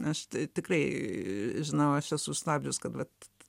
aš tai tikrai žinau aš esu stabdžius kad vat